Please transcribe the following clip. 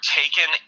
taken